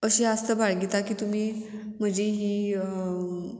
अशी आस्त बाळगीता की तुमी म्हजी ही